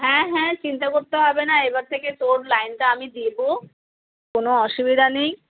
হ্যাঁ হ্যাঁ চিন্তা করতে হবে না এবার থেকে তোর লাইনটা আমি দেবো কোনো অসুবিধা নেই